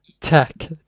tech